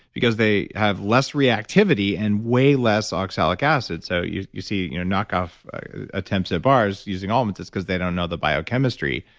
because they have less reactivity and way less oxalic acid. so, you you see, you know knock off attempts at bars using almonds, it's cause they don't know the biochemistry.